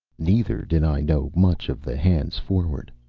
neither did i know much of the hands forward.